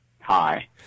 Hi